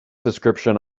description